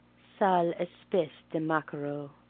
sale espece de maquereau.